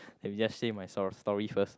and we just say my sto~ story first